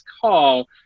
call